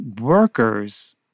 workers